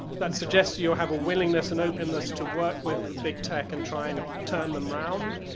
that suggest you have a willingness and openness to work with the big tech and try and turn them around.